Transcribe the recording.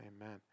Amen